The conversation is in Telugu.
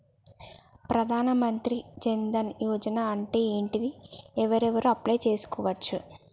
ప్రధాన మంత్రి జన్ ధన్ యోజన అంటే ఏంటిది? ఎవరెవరు అప్లయ్ చేస్కోవచ్చు?